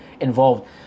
involved